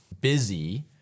busy